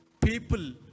people